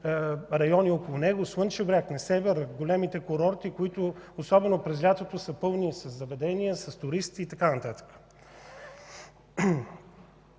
райони около него – Слънчев бряг, Несебър, големите курорти, които особено през лятото са пълни със заведения, с туристи и така